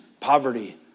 Poverty